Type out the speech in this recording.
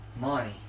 money